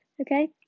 Okay